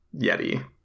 Yeti